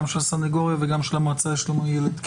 של הסנגוריה וגם של המועצה לשלום הילד.